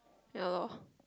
ya lor